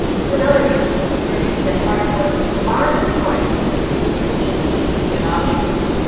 there's another reason for thinking that hard choices aren't choices between equally good options.